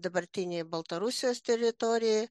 dabartinėje baltarusijos teritorijoj